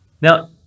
Now